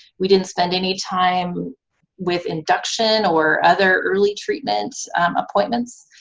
we didn't spend any time with induction or other early treatment appointments.